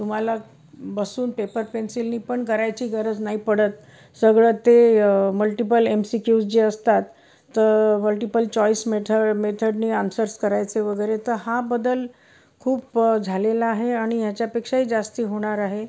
तुम्हाला बसून पेपर पेन्सिलने पण करायची गरज नाही पडत सगळं ते मल्टिपल एम सी क्यूज जे असतात तर मल्टिपल चॉईस मेथ मेथडनी आन्सर्स करायचे वगैरे तर हा बदल खूप झालेला आहे आणि ह्याच्यापेक्षाही जास्त होणार आहे